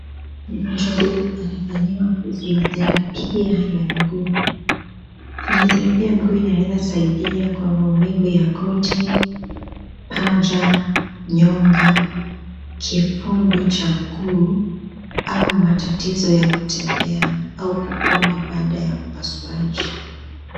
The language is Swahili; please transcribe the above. Mgonjwa huyo anafanyiwa physiotheraphy ya mguu. Physiotheraphyv ya mguu inaweza kusaidia kwa maumivu ya goti, paja, nyonga, kifundo cha mguu au matatizo ya kutembea au kupona baada ya upasuaji.